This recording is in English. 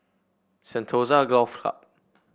Sentosa Golf Club